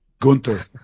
Gunther